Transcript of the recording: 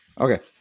Okay